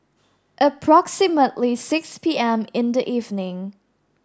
Approximately six P M in the evening